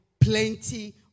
plenty